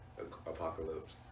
Apocalypse